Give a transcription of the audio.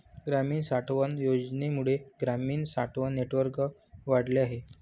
ग्रामीण साठवण योजनेमुळे ग्रामीण साठवण नेटवर्क वाढले आहे